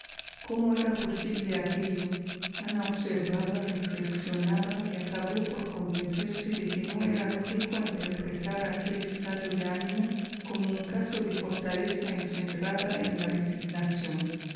cómo era posible aquello ana observaba reflexionaba y acabó por convencerse de que no era lógico interpretar aquel estado de ánimo como un caso de fortaleza engendrada en la resignación